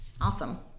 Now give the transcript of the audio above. awesome